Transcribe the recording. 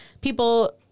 people